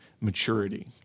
maturity